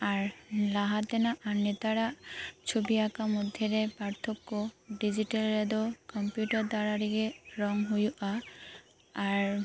ᱟᱨ ᱞᱟᱦᱟ ᱛᱮᱱᱟᱜ ᱟᱨ ᱱᱮᱛᱟᱨᱟᱜ ᱪᱷᱚᱵᱤ ᱟᱸᱠᱟᱣ ᱢᱚᱫᱽᱫᱷᱮᱨᱮ ᱯᱟᱨᱛᱷᱚᱠᱠᱚ ᱰᱤᱡᱤᱴᱟᱞ ᱨᱮᱫᱚ ᱠᱚᱢᱯᱤᱭᱩᱴᱟᱨ ᱫᱟᱨᱟᱭ ᱨᱮᱜᱮ ᱨᱚᱝ ᱦᱩᱭᱩᱜᱼᱟ ᱟᱨ